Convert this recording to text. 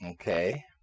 Okay